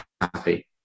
happy